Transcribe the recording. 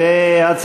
ועדת הכלכלה.